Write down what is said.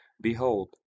behold